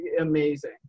amazing